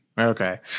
Okay